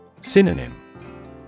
Synonym